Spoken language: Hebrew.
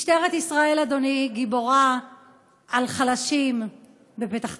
משטרת ישראל, אדוני, גיבורה על חלשים בפתח תקווה.